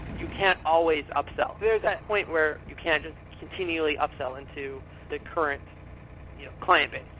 you can't always upsell. there is that point where you can't just continually upsell into the current you know client base,